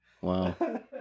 Wow